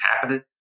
happening